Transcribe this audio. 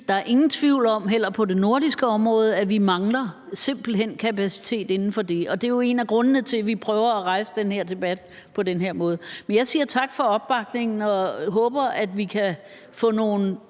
er nogen tvivl om, at vi simpelt hen mangler kapacitet inden for det, og det er jo en af grundene til, at vi prøver at rejse den her debat på den her måde. Men jeg siger tak for opbakningen og håber, at vi kan få nogle